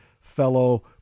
fellow